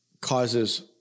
causes